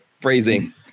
phrasing